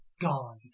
gone